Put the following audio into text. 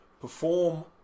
perform